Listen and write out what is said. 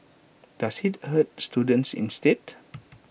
does IT hurt students instead